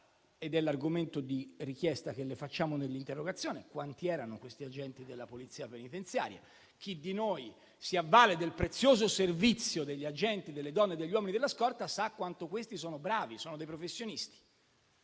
ed è l'argomento della richiesta che le facciamo nell'interrogazione: quanti erano gli agenti della Polizia penitenziaria? Chi di noi si avvale del prezioso servizio degli agenti, delle donne e degli uomini della scorta, sa quanto sono bravi, sono dei professionisti.